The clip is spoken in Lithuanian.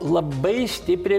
labai stipriai